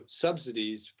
subsidies